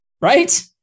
right